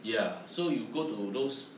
ya so you go to those